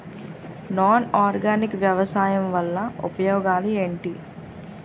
Non organic వ్యవసాయం వల్ల ఉపయోగాలు ఏంటీ?